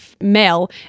male